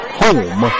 home